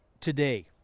today